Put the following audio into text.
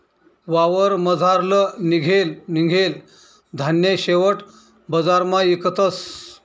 वावरमझारलं निंघेल धान्य शेवट बजारमा इकतस